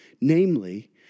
namely